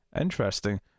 Interesting